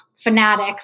fanatic